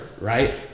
right